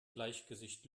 bleichgesicht